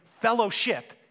fellowship